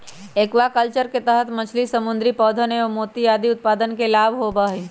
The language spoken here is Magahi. एक्वाकल्चर के तहद मछली, समुद्री पौधवन एवं मोती आदि उत्पादन के लाभ होबा हई